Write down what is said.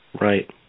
right